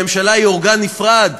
הממשלה היא אורגן נפרד,